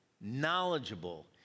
knowledgeable